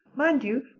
mind you,